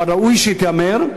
אבל ראוי שהיא תיאמר.